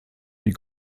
die